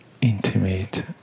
intimate